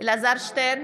אלעזר שטרן,